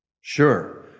Sure